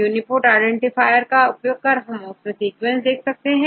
UniProt identifierका उपयोग या आप अपने सीक्वेंस का उपयोग कर सकते हैं